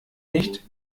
nicht